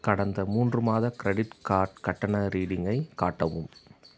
கடந்த மூன்று மாத க்ரெடிட் கார்ட் கட்டண ரீடிங்கை காட்டவும்